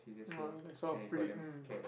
oh like sort of predict mm